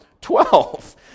twelve